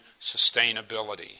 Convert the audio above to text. sustainability